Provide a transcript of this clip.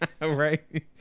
right